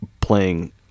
playing